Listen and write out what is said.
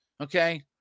Okay